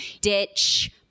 ditch